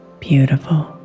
Beautiful